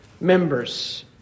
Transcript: members